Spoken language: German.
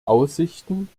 aussichten